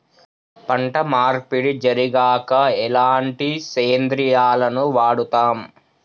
పంట మార్పిడి జరిగాక ఎలాంటి సేంద్రియాలను వాడుతం?